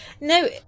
no